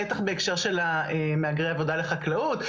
בטח בהקשר של מהגרי עבודה לחקלאות.